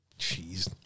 Jeez